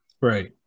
Right